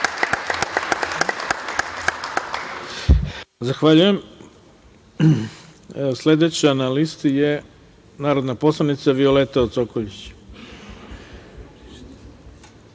Zahvaljujem. Sledeća na listi je narodna poslanica Violeta